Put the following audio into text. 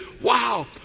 wow